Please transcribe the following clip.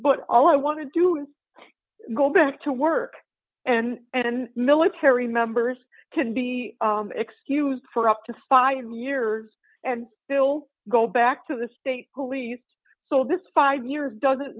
but all i want to do is go back to work and then military members can be excused for up to five years and still go back to the state police so this five year doesn't